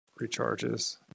recharges